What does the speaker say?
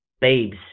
babes